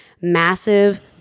massive